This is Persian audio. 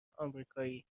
آمریکایی